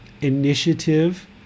initiative